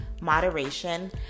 moderation